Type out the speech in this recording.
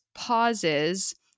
pauses